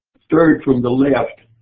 third from the left.